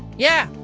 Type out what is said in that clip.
yeah.